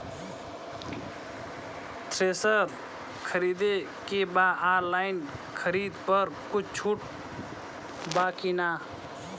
Thresher खरीदे के बा ऑनलाइन खरीद पर कुछ छूट बा कि न?